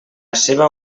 seva